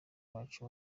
bacu